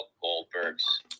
Goldberg's